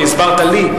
כי הסברת לי,